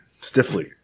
Stiffly